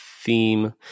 theme